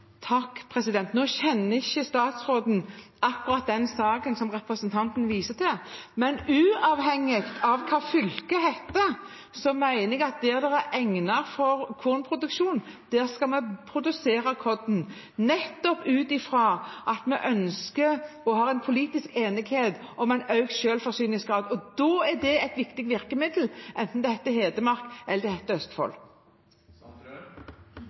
Nå kjenner ikke statsråden akkurat den saken som representanten viser til, men uavhengig av hva fylket heter, mener jeg at der det er egnet for kornproduksjon, skal en produsere korn, nettopp ut fra at vi ønsker og har en politisk enighet om økt selvforsyningsgrad. Da er det et viktig virkemiddel, enten det heter Hedmark eller det heter Østfold.